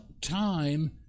time